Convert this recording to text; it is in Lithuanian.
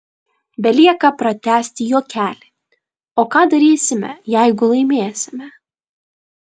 belieka pratęsti juokelį o ką darysime jeigu laimėsime